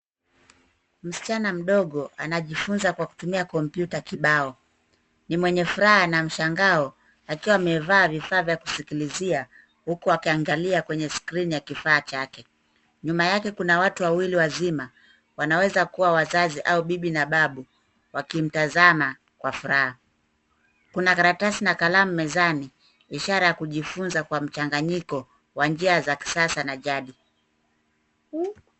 Msichana mdogo anajifunza kwa kutumia kompyuta kibao. Ni mwenye furaha na mshangao akiwa amevaa vifaa vya kusikilizia huku akiangalia kwenye skrini ya kifaa chake. Nyuma yake kuna watu wawili wazima. Wanaweza kuwa wazazi au bibi na babu, wakimtazama kwa furaha. Kuna karatasi na kalamu mezani, ishara ya kujifunza kwa mchanganyiko wa njia za kisasa na jadi.